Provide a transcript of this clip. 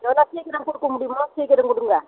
எவ்வளோ சீக்கிரம் கொடுக்க முடியுமோ சீக்கிரம் கொடுங்க